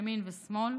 ימין ושמאל.